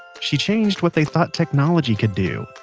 she changed what they thought technology could do.